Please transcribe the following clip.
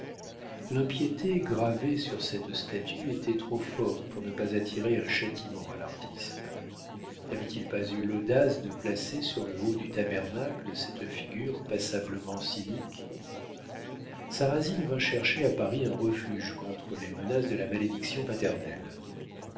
l'impiété gravée sur cette statue était trop forte pour ne pas attirer un châtiment à l'artiste n'avait-il pas eu l'audace de placer sur le haut du tabernacle cette figure passablement cynique sarrasine vint chercher à paris un refuge contre les menaces de la malédiction paternelle